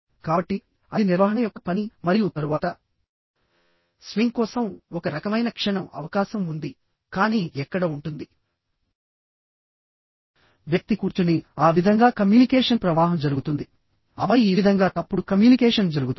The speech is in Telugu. కాబట్టిఅది నిర్వహణ యొక్క పని మరియు తరువాత స్వింగ్ కోసం ఒక రకమైన క్షణం అవకాశం ఉందికానీ ఎక్కడ ఉంటుంది వ్యక్తి కూర్చునిఆ విధంగా కమ్యూనికేషన్ ప్రవాహం జరుగుతుందిఆపై ఈ విధంగా తప్పుడు కమ్యూనికేషన్ జరుగుతుంది